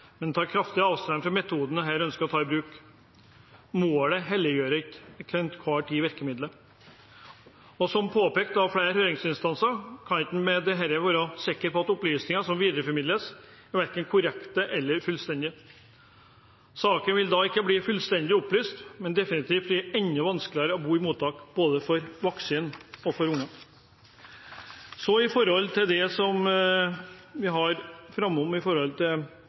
men tar kraftig avstand fra metodene man her ønsker å ta i bruk. Målet helliger ikke til enhver tid virkemidlene. Og som påpekt av flere høringsinstanser: En kan ikke med dette være sikker på at opplysninger som videreformidles, verken er korrekte eller fullstendige. Saken vil da ikke bli fullstendig opplyst, men det vil definitivt bli enda vanskeligere å bo i mottak, både for voksne og for unger. Så en stemmeforklaring til det vi har foran oss når det gjelder de forskjellige voteringene: Vi vil i